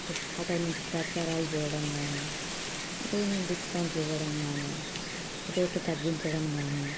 ఇలా ఆటో నుంచి ప్రచారాలు చేయడం కానీ మరీ మేము డిస్కౌంట్లు ఇవ్వడం కానీ రేట్లు తగ్గించడం కానీ